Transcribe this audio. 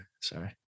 Sorry